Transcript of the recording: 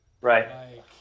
Right